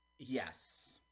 Yes